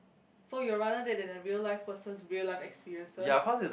so you rather dead than a real life person's real life experiences